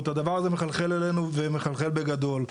הדבר הזה מחלחל אלינו ומחלחל בגדול.